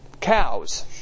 cows